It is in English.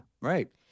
right